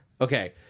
Okay